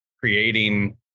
creating